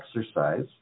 exercise